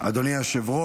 התשפ"ד 2024,